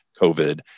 COVID